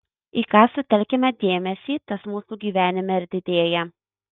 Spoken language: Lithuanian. į ką sutelkiame dėmesį tas mūsų gyvenime ir didėja